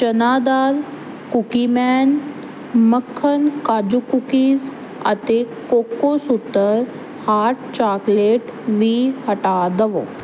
ਚਨਾ ਦਾਲ ਕੂਕੀਮੈਨ ਮੱਖਣ ਕਾਜੂ ਕੂਕੀਜ਼ ਅਤੇ ਕੋਕੋਸੂਤਰ ਹਾਟ ਚਾਕਲੇਟ ਵੀ ਹਟਾ ਦਵੋ